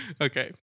Okay